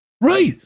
Right